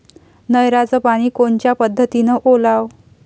नयराचं पानी कोनच्या पद्धतीनं ओलाव?